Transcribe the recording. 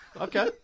Okay